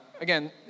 again